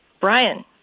Brian